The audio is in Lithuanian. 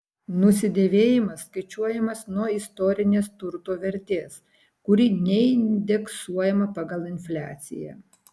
nusidėvėjimas skaičiuojamas nuo istorinės turto vertės kuri neindeksuojama pagal infliaciją